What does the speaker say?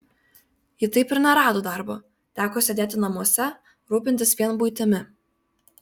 ji taip ir nerado darbo teko sėdėti namuose rūpintis vien buitimi